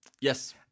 yes